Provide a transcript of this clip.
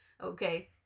Okay